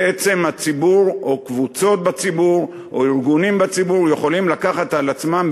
בעצם הציבור או קבוצות בציבור או ארגונים בציבור יכולים לקחת על עצמם,